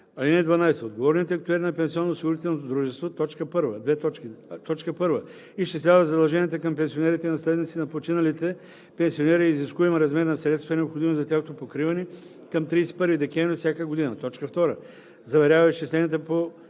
ал. 4. (12) Отговорният актюер на пенсионноосигурителното дружество: 1. изчислява задълженията към пенсионерите и наследниците на починалите пенсионери и изискуемия размер на средствата, необходими за тяхното покриване, към 31 декември всяка година; 2. заверява изчисленията по т.